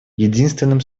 единственным